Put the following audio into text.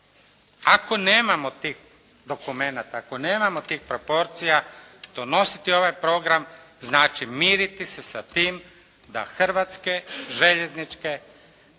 Ako nemamo tih dokumenata, ako nemamo tih proporcija donositi ovaj program znači miriti se sa tim da hrvatske željezničke